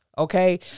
Okay